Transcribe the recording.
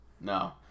No